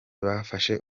bafashe